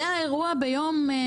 זה האירוע ביום הזה?